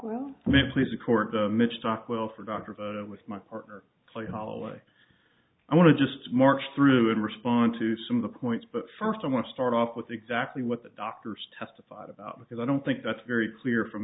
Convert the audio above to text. stockwell for dr with my partner play holloway i want to just march through and respond to some of the points but first i want to start off with exactly what the doctors testified about because i don't think that's very clear from